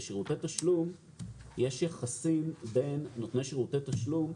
בשירותי תשלום יש יחסים בין נותני שירותי תשלום,